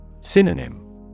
Synonym